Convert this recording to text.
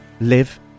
live